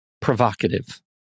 provocative